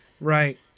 Right